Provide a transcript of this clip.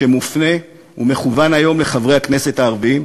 שמופנה ומכוון היום לחברי הכנסת הערבים,